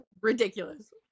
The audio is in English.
Ridiculous